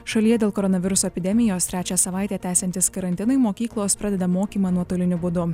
šalyje dėl koronaviruso epidemijos trečią savaitę tęsiantis karantinui mokyklos pradeda mokymą nuotoliniu būdu